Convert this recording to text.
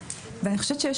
אני חושבת שיש